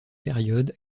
période